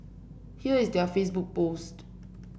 here is their Facebook post